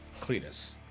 Cletus